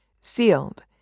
sealed